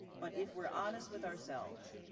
but if we're honest with ourselves,